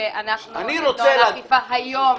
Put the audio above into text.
לתקן את נוהל האכיפה היום,